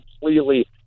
completely